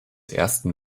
ersten